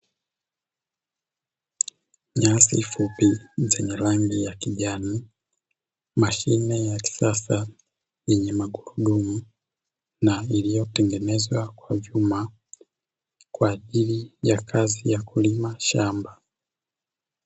Nyasi fupi zanye rangi ya kijani, mashine ya kisasa yenye magurudumu na iliyotengenezwa kwa vyuma kwa ajili ya kazi ya kulima shamba.